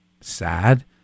Sad